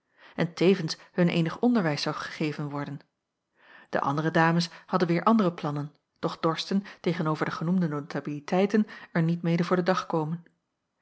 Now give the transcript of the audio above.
en tevens hun eenig onderwijs zou gegeven worden de andere dames hadden weêr andere plannen doch dorsten tegen-over de genoemde notabiliteiten er niet mede voor den dag komen